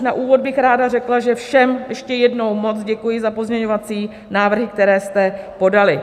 Na úvod bych ráda řekla, že všem ještě jednou moc děkuji za pozměňovací návrhy, které jste podali.